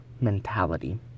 mentality